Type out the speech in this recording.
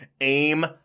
aim